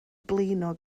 blino